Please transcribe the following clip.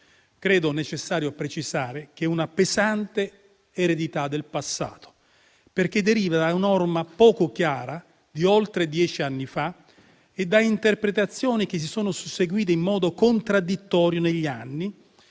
credo sia necessario precisare che è una pesante eredità del passato, perché deriva dalla norma poco chiara di oltre dieci anni fa e da interpretazioni che si sono susseguite in modo contraddittorio negli anni,